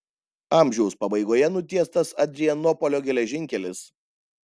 amžiaus pabaigoje nutiestas adrianopolio geležinkelis